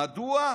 מדוע?